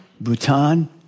Bhutan